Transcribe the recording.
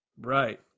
right